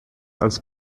als